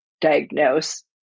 diagnose